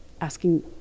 asking